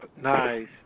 Nice